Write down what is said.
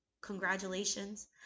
congratulations